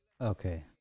Okay